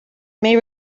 may